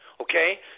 okay